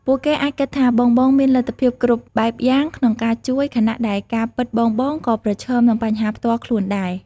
ពួកគេអាចគិតថាបងៗមានលទ្ធភាពគ្រប់បែបយ៉ាងក្នុងការជួយ ខណៈដែលការពិតបងៗក៏ប្រឈមនឹងបញ្ហាផ្ទាល់ខ្លួនដែរ។